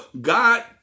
God